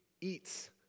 eats